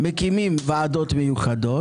מקימים ועדות מיוחדות,